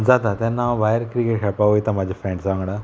जाता तेन्ना हांव भायर क्रिकेट खेळपाक वयता म्हज्या फ्रेंड्सां वांगडा